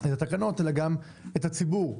את התקנות, אלא גם את הציבור.